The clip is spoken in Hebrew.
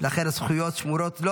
לכן הזכויות שמורות לו.